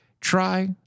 Try